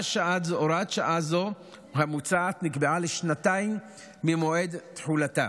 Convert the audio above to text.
הוראת שעה זו המוצעת נקבעה לשנתיים ממועד תחילתה,